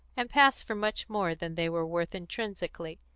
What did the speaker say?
and passed for much more than they were worth intrinsically.